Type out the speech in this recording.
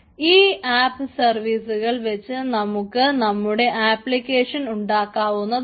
ഈ ആപ്പ് സർവീസുകൾ വെച്ച് നമുക്ക് നമ്മുടെ ആപ്ലിക്കേഷൻ ഉണ്ടാക്കാവുന്നതാണ്